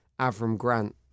Avram-Grant